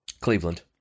cleveland